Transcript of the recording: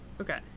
Okay